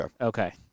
Okay